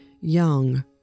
young